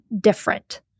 different